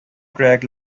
drag